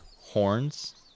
horns